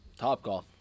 Topgolf